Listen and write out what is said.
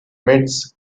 midst